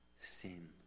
sin